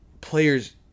players